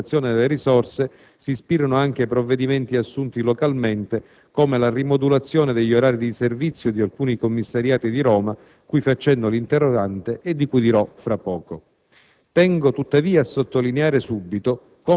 Ad analoghi fini di buona amministrazione ed ottimizzazione delle risorse si ispirano anche provvedimenti assunti localmente, come la rimodulazione degli orari di servizio di alcuni commissariati di Roma, cui fa cenno l'interrogante e di cui dirò fra poco.